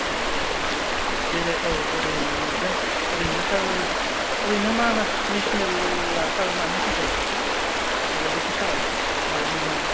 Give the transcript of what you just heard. बेरे औ बेरायहैगोन ओरैनो सार ओरैनो मानास नेसनेला सार मानि थाखाय इसे माबा बेखौ सारा इसे माबा हरनो हागोन